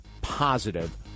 positive